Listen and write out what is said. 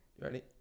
Ready